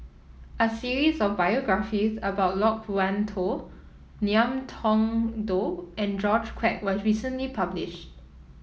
a series of biographies about Loke Wan Tho Ngiam Tong Dow and George Quek was recently published